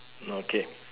okay